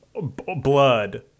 blood